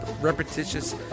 repetitious